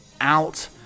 out